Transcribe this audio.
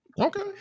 Okay